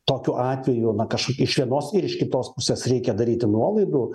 tokiu atveju na kaž iš vienos ir iš kitos pusės reikia daryti nuolaidų